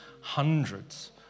hundreds